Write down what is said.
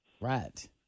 Right